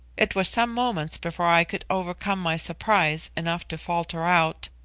it was some moments before i could overcome my surprise enough to falter out,